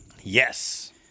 Yes